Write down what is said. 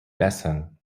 bessern